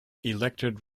elected